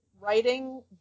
writing